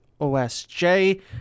OSJ